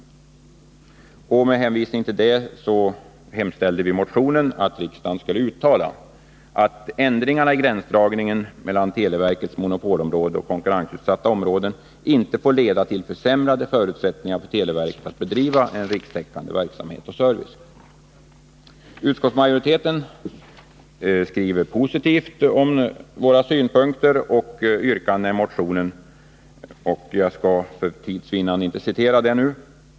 Nr 55 Med hänvisning till detta hemställde vi i motionen att riksdagen skulle uttala att ändringarna i gränsdragningen mellan televerkets monopolområde och konkurrensutsatta områden inte får leda till försämrade förutsättningar för televerket att bedriva en rikstäckande verksamhet och service. Utskottsmajoriteten skriver positivt om våra synpunkter och yrkanden i motionen.